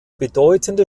bedeutende